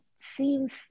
Seems